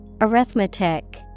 Arithmetic